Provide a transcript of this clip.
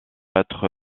être